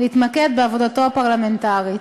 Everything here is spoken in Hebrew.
להתמקד בעבודתו הפרלמנטרית.